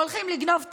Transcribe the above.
הולכים לגנוב טנקים,